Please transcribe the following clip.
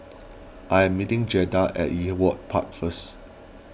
I am meeting Jaeda at Ewart Park first